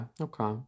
okay